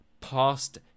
past